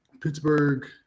Pittsburgh